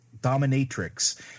dominatrix